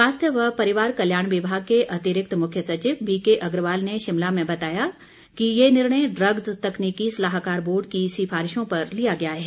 स्वास्थ्य व परिवार कल्याण विभाग के अतिरिक्त मुख्य सचिव बीके अग्रवाल ने शिमला में बताया कि ये निर्णय ड्रग्स तकनीकी सलाहकार बोर्ड की सिफारिशों पर लिया गया है